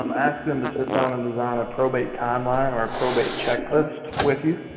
um ask them to sit down and design a probate timeline or probate checklist with you.